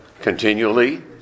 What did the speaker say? Continually